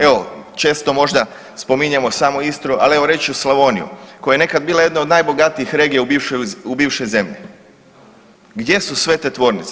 Evo često možda spominjemo samo Istru, ali reći ću Slavoniju koja je nekada bila jedna od najbogatijih regija u bivšoj zemlji gdje su sve te tvornice?